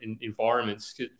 environments